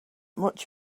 much